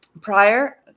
prior